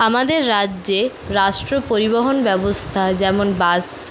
আমাদের রাজ্যে রাষ্ট্র পরিবহন ব্যবস্থা যেমন বাস